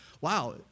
wow